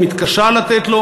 שמתקשה לתת לו,